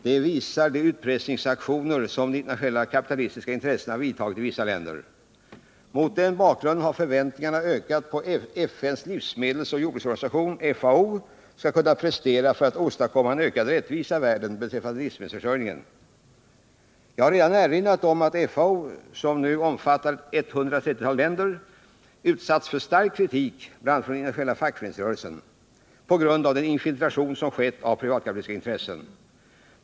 Det visar de utpressningsaktioner som de internationella kapitalistiska intressena vidtagit i vissa länder. Mot den bakgrunden har förväntningarna ökat på vad FN:s livsmedelsoch jordbruksorganisation FAO skall kunna prestera för att åstadkomma en ökad rättvisa i världen beträffande livsmedelsförsörjningen. Jag har redan erinrat om att FAO, som nu omfattar ett 130-tal länder har utsatts för stark kritik bl.a. av den internationella fackföreningsrörelsen på grund av den infiltration som skett av privatkapitalistiska intressen.